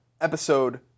episode